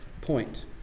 point